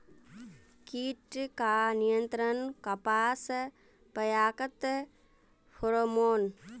कीट का नियंत्रण कपास पयाकत फेरोमोन?